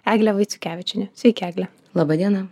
eglę vaitkevičienę sveiki egle laba diena